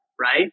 right